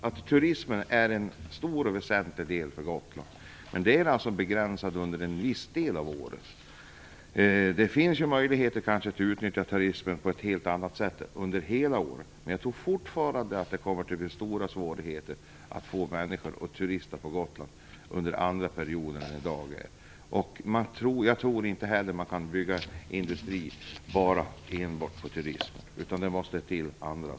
Turismen är en stor och väsentlig näring för Gotland, men den är begränsad till en viss del av året. Det finns kanske möjligheter att få en turism också under andra delar av året, men det är svårt att få turister till Gotland då. Man kan inte heller bygga näringslivet enbart på turismen, utan annat måste komma till.